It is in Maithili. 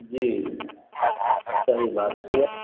जी सही बात छै